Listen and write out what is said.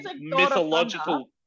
mythological